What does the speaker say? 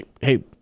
hey